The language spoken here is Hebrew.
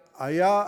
איתן".